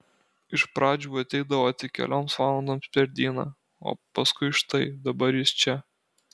iš pradžių ateidavo tik kelioms valandoms per dieną o paskui štai dabar jis čia